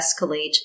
escalate